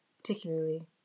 particularly